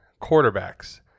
quarterbacks